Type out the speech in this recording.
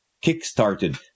kick-started